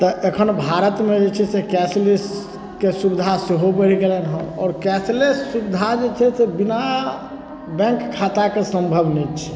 तऽ एखन भारतमे जे छै से कैश लेसके सुविधा सेहो बढ़ि गेलैन हँ आओर कैश लेस सुविधा जे छै से बिना बैंक खाताके सम्भव नहि छै